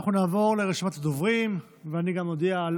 אנחנו נעבור לרשימת הדוברים, ואני גם מודיע על